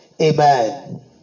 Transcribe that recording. Amen